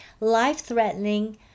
life-threatening